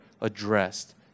addressed